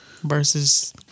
versus